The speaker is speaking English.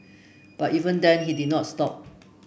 but even then he did not stop